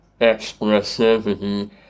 expressivity